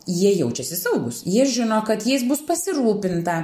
jie jaučiasi saugūs jie žino kad jais bus pasirūpinta